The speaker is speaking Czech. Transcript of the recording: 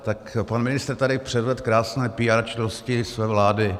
Tak pan ministr tady předvedl krásné píár činnosti své vlády.